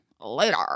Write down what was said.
later